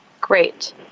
Great